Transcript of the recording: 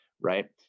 right